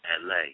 LA